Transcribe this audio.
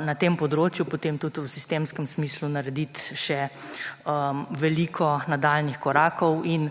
na tem področju potem tudi v sistemskem smislu narediti še veliko nadaljnjih korakov in